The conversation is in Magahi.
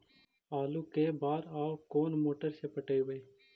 आलू के बार और कोन मोटर से पटइबै?